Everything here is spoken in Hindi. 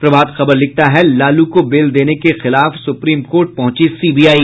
प्रभात खबर लिखता है लालू को बेल देने के खिलाफ सुप्रीम कोर्ट पहुंची सीबीआई